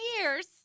years